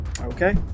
Okay